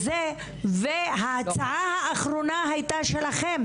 ההצעה האחרונה הייתה שלכם